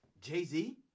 Jay-Z